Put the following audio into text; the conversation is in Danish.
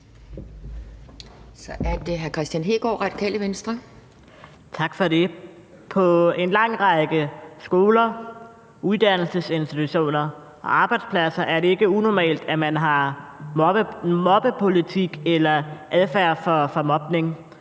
Kl. 11:54 Kristian Hegaard (RV): Tak for det. På en lang række skoler, uddannelsesinstitutioner og arbejdspladser er det ikke unormalt, at man har en mobbepolitik eller adfærd for mobning.